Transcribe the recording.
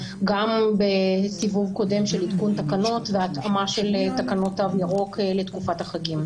גם בסיבוב קודם של עדכון תקנות וההתאמה של תקנות תו ירוק לתקופת החגים.